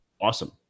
awesome